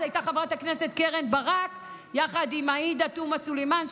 ואז הייתה חברת הכנסת קרן ברק יחד עם עאידה תומא סלימאן,